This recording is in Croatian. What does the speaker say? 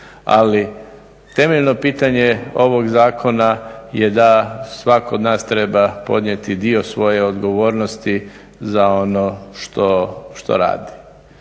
Ali temeljno pitanje je ovog zakona je da svako od nas treba podnijeti dio svoje odgovornosti za ono što radi.